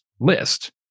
list